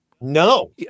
No